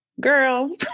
girl